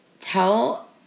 tell